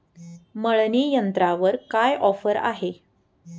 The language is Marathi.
मळणी यंत्रावर काय ऑफर आहे?